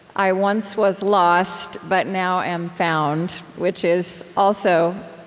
i once was lost, but now am found which is also